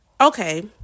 Okay